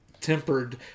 tempered